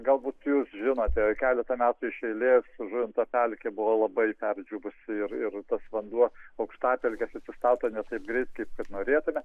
galbūt jūs žinote keletą metų iš eilės žuvinto pelkė buvo labai perdžiūvusi ir ir tas vanduo aukštapelkės atsistato ne taip greit kaip kad norėtume